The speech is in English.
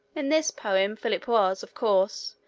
in this poem philip was, of course,